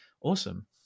awesome